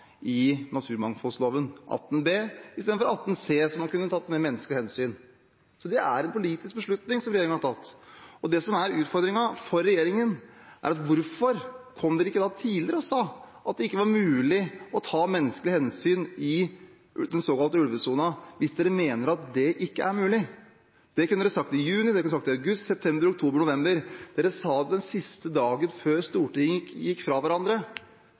i naturmangfoldloven –§ 18b, og ikke § 18c, slik at man kunne tatt mer menneskelige hensyn. Det er en politisk beslutning som regjeringen har tatt. Det som er utfordringen for regjeringen, er hvorfor den ikke kom tidligere og sa at det ikke var mulig å ta menneskelige hensyn i den såkalte ulvesonen, hvis den mener at det ikke er mulig. Det kunne regjeringen sagt i juni, den kunne sagt det i august, september, oktober eller november. Den sa det den siste dagen før Stortinget gikk fra hverandre.